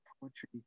poetry